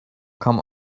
come